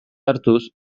hartuz